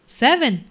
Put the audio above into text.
seven